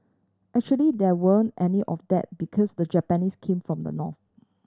actually there weren't any of that because the Japanese came from the north